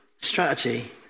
strategy